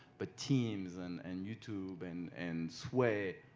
but teams and and youtube and and sway.